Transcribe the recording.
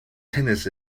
tennis